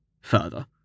Further